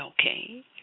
Okay